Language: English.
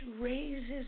raises